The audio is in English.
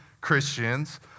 Christians